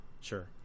Sure